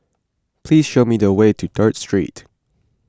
please show me the way to Third Street